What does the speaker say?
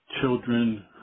children